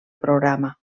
programa